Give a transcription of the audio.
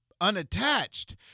unattached